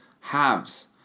halves